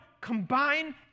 combine